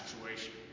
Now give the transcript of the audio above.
situation